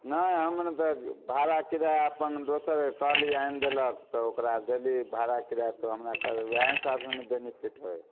नहि हमर एतऽ आबि जो भाड़ा किराया अपन दोसरके कहली आनि देलक तऽ ओकरा देली भाड़ा किराया तऽ हमरा वएह हिसाबसँ ने बेनिफिट होइ हइ